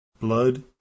blood